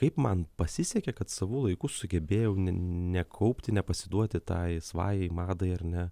kaip man pasisekė kad savu laiku sugebėjau ne nekaupti nepasiduoti tai svajai madai ar ne